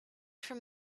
from